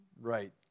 Right